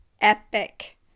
epic